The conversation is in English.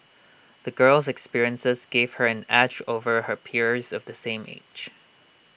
the girl's experiences gave her an edge over her peers of the same age